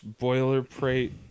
boilerplate